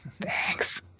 thanks